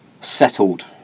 settled